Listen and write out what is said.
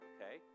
Okay